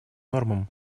нормам